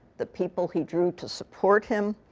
the people he drew to support him,